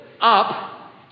up